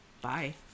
Bye